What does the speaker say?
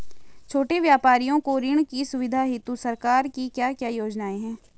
छोटे व्यापारियों को ऋण की सुविधा हेतु सरकार की क्या क्या योजनाएँ हैं?